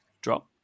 drop